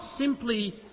simply